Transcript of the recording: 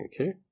Okay